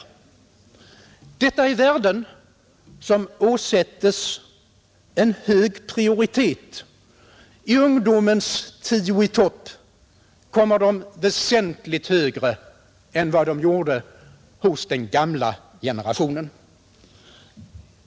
Detta är värden som åsätts en hög prioritet. I ungdomens Tio i topp kommer de väsentligt högre än vad de gjorde hos den gamla generationen.